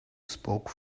spoke